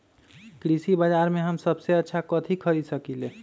कृषि बाजर में हम सबसे अच्छा कथि खरीद सकींले?